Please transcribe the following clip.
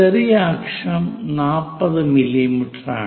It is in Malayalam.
ചെറിയ അക്ഷം 40 മില്ലീമീറ്ററാണ്